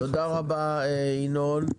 תודה רבה ינון.